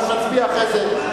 אנחנו נצביע, אחרי זה.